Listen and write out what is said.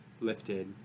lifted